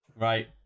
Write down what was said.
Right